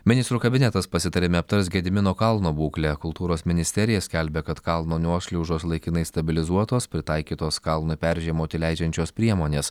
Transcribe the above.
ministrų kabinetas pasitarime aptars gedimino kalno būklę kultūros ministerija skelbia kad kalno nuošliaužos laikinai stabilizuotos pritaikytos kalną peržiemoti leidžiančios priemonės